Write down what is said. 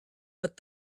but